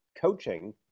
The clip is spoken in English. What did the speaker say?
coaching